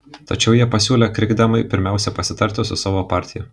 tačiau jie pasiūlė krikdemui pirmiausia pasitarti su savo partija